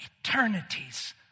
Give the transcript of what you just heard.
eternities